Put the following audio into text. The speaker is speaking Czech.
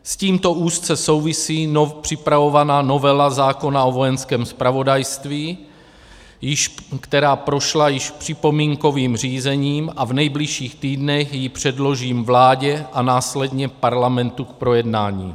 S tímto úzce souvisí připravovaná novela zákona o Vojenském zpravodajství, která již prošla připomínkovým řízením a v nejbližších týdnech ji předložím vládě a následně Parlamentu k projednání.